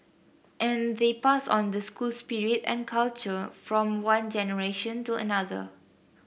and they pass on the school spirit and culture from one generation to another